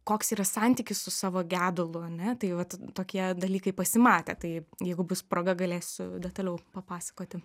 koks yra santykis su savo gedulu ane tai vat tokie dalykai pasimatė tai jeigu bus proga galėsiu detaliau papasakoti